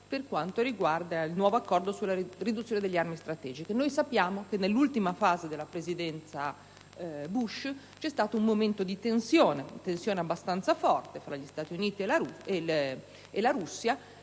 per quanto riguarda il nuovo accordo sulla riduzione delle armi strategiche. Ricordiamo tutti che nell'ultima fase della Presidenza Bush vi fu un momento di tensione abbastanza forte tra gli Stati Uniti e la Russia,